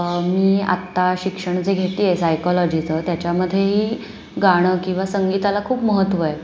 मी आत्ता शिक्षण जे घेते आहे सायकॉलॉजीचं त्याच्यामध्येही गाणं किंवा संगीताला खूप महत्त्व आहे